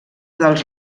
dels